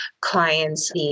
clients